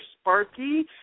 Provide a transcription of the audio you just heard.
Sparky